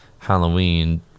Halloween